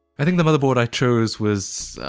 i think the motherboard i chose was,